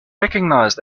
recognised